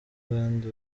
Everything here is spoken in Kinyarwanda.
abandi